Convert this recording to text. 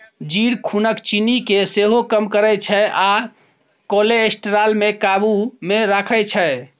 जीर खुनक चिन्नी केँ सेहो कम करय छै आ कोलेस्ट्रॉल केँ काबु मे राखै छै